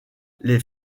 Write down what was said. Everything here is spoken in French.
les